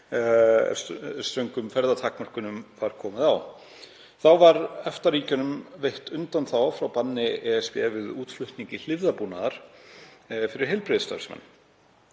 þegar ströngum ferðatakmörkunum var komið á. Þá var EFTA-ríkjunum veitt undanþága frá banni ESB við útflutningi hlífðarbúnaðar fyrir heilbrigðisstarfsmenn.